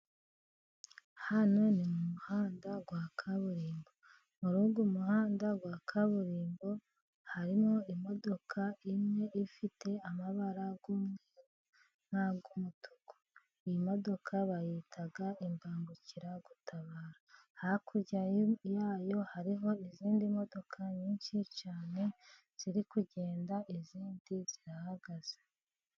Hano ni mu muhanda wa kaburimbo, muri uwo muhanda wa kaburimbo harimo imodoka, imwe ifite amabara y'umutuku, iyi modoka bayita imbangukiragutabara, hakurya yayo hariho izindi modoka nyinshi cyane ziri kugenda izindi zirahagaze.